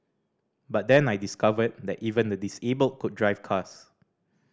but then I discovered that even the disabled could drive cars